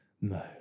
no